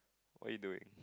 what you doing